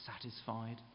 satisfied